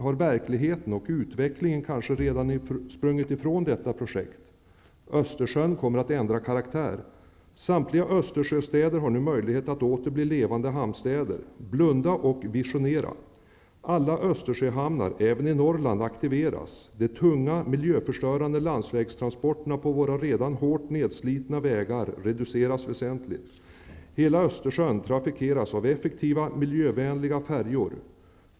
Har verkligheten och utvecklingen kanske redan sprungit ifrån detta projekt? Östersjön kommer att ändra karaktär. Samtliga Östersjöstäder har nu möjlighet att åter bli levande hamnstäder. Blunda och visionera: -- De tunga miljöförstörande landsvägstransporterna på våra redan hårt nerslitna vägar reduceras väsentligt. -- Hela Östersjön trafikeras av effektiva miljövänliga färjor.